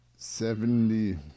Seventy